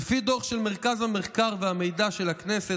"לפי דוח של מרכז המחקר והמידע של הכנסת,